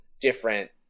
different